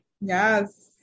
Yes